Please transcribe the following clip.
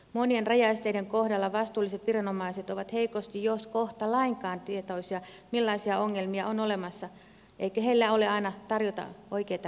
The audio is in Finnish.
monien rajaesteiden kohdalla vastuulliset viranomaiset ovat heikosti jos kohta lainkaan tietoisia millaisia ongelmia on olemassa eikä heillä ole aina tarjota oikeita ratkaisuja